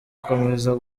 gukomeza